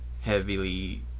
heavily